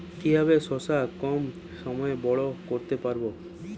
কিভাবে শশা কম সময়ে বড় করতে পারব?